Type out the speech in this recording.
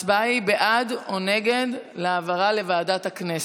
ההצבעה היא בעד או נגד העברה לוועדת הכנסת.